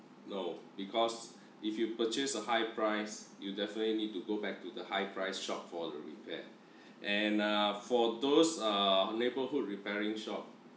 no because if you purchase a high price you definitely need to go back to the high price shop floor to repair and uh for those uh neighborhood repairing shop